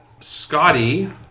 Scotty